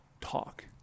talk